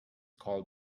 called